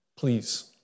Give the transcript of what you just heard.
Please